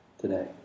today